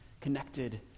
connected